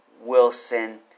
Wilson